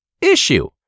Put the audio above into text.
issue